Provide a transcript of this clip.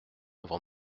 avant